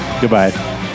Goodbye